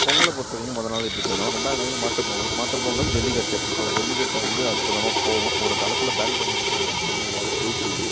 பொங்கலை பொறுத்த வரைக்கும் மொதல் நாள் இப்படி போயிடும் ரெண்டாவது நாள் மாட்டுப் பொங்கல் மாட்டுப் பொங்கல் ஜல்லிக்கட்டு ஸோ ஜல்லிக்கட்டை வந்து அற்புதமாக போகும் ஒரு காலத்தில் பேன் பண்ணியிருந்தாங்க இப்போ வந்து நல்லாவே போயிகிட்ருக்கு